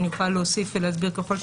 אני יכולה להוסיף ולהסביר ככל שנדרש.